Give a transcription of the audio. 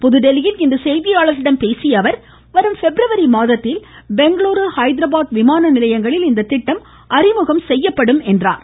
புதுதில்லியில் இன்று செய்தியாளர்களிடம் பேசிய அவர் வரும் பிப்ரவரி மாதத்தில் பெங்களுரு ஹைதராபாத் விமான நிலையங்களில் இத்திட்டம் அறிமுகப்படுத்தப்படும் என்றார்